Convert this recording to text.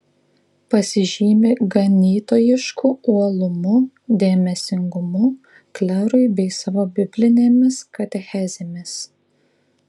pasižymi ganytojišku uolumu dėmesingumu klerui bei savo biblinėmis katechezėmis